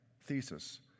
thesis